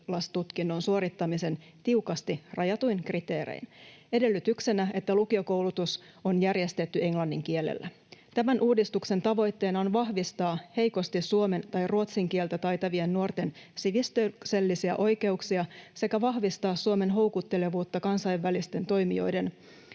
suorittamisen tiukasti rajatuin kriteerein. Edellytyksenä on, että lukiokoulutus on järjestetty englannin kielellä. Tämän uudistuksen tavoitteena on vahvistaa heikosti suomen tai ruotsin kieltä taitavien nuorten sivistyksellisiä oikeuksia sekä vahvistaa Suomen houkuttelevuutta kansainvälisten toimijoiden